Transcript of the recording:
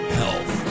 health